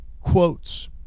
quotes